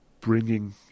bringing